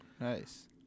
nice